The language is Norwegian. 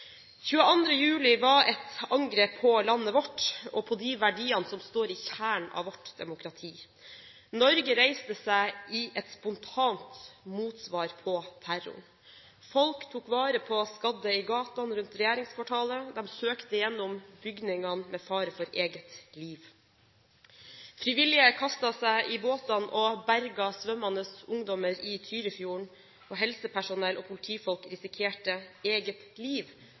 22. juli var et angrep på landet vårt og på de verdiene som er kjernen i vårt demokrati. Norge reiste seg i et spontant motsvar på terroren. Folk tok vare på skadde i gatene rundt regjeringskvartalet, og de søkte gjennom bygningene med fare for eget liv. Frivillige kastet seg i båtene og berget svømmende ungdommer i Tyrifjorden. Og helsepersonell og politifolk risikerte eget liv